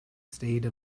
state